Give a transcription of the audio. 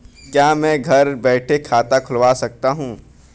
क्या मैं घर बैठे खाता खुलवा सकता हूँ?